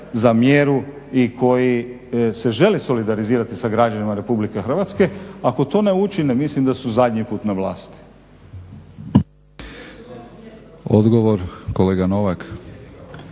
za mjeru i koji se želi solidarizirati sa građanima RH. Ako to ne učine mislim da su zadnji put na vlasti. **Batinić, Milorad